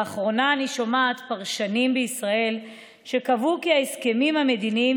לאחרונה אני שומעת על פרשנים בישראל שקבעו כי ההסכמים המדיניים